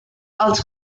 els